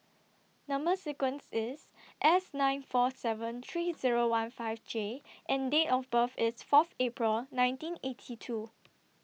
Number sequence IS S nine four seven three Zero one five J and Date of birth IS Fourth April nineteen eighty two